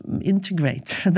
integrate